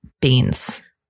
beans